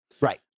right